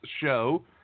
show